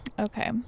Okay